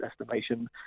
estimation